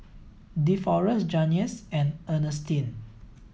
Deforest Janyce and Ernestine